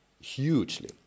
hugely